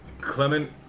Clement